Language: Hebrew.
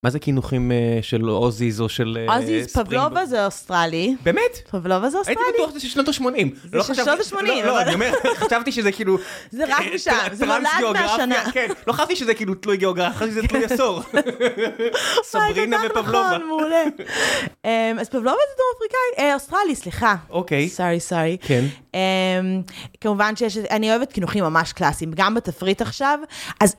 מה זה כינוכים של אוזיז או של ספרים? אוזיז, פבלובה זה אוסטרלי. באמת? פבלובה זה אוסטרלי? הייתי בטוח שזה שלושות ה-80. זה שלושות ה-80. לא, אני אומרת, חשבתי שזה כאילו... זה רק משם, זה מולד מהשנה. כן, לא חשבתי שזה כאילו תלוי גאוגרפיה, חשבתי שזה תלוי אסור. סברינה ופבלובה. נכון, מעולה. אז פבלובה זה תום אפריקאי, אוסטרלי, סליחה. אוקיי. סורי, סורי. כן. כמובן שיש... אני אוהבת כינוכים ממש קלאסיים, גם בתפריט עכשיו.